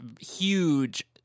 huge